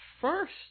first